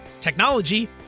technology